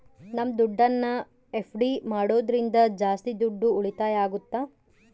ನಮ್ ದುಡ್ಡನ್ನ ಎಫ್.ಡಿ ಮಾಡೋದ್ರಿಂದ ಜಾಸ್ತಿ ದುಡ್ಡು ಉಳಿತಾಯ ಆಗುತ್ತ